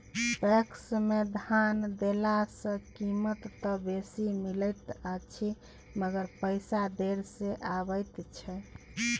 PACS मे फसल देला सॅ कीमत त बेसी मिलैत अछि मगर पैसा देर से आबय छै